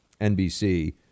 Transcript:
NBC